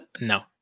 No